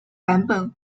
版本